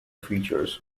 features